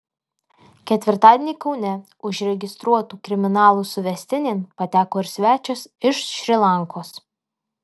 ketvirtadienį kaune užregistruotų kriminalų suvestinėn pateko ir svečias iš šri lankos